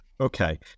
Okay